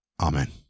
Amen